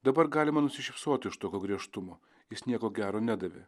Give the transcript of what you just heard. dabar galima nusišypsoti iš tokio griežtumo jis nieko gero nedavė